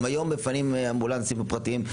גם היום מפנים האמבולנסים הפרטיים.